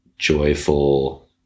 joyful